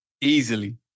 easily